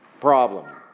problem